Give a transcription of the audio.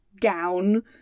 gown